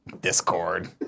Discord